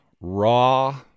raw